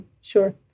sure